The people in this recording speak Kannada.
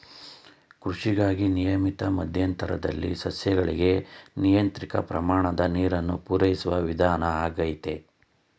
ಕೃಷಿಗಾಗಿ ನಿಯಮಿತ ಮಧ್ಯಂತರದಲ್ಲಿ ಸಸ್ಯಗಳಿಗೆ ನಿಯಂತ್ರಿತ ಪ್ರಮಾಣದ ನೀರನ್ನು ಪೂರೈಸೋ ವಿಧಾನ ಆಗೈತೆ